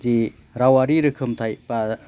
जि रावारि रोखोमथाय बा